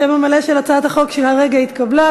השם המלא של הצעת החוק שכרגע התקבלה: